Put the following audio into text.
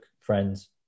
friends